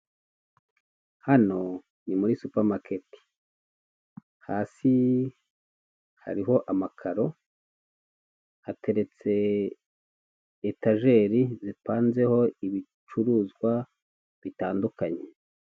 Hano ni muri supamaketi, hasi hariho amakaro, hateretse etajeri zipanzeho ibicuruzwa bitandukanye.